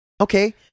Okay